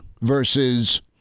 versus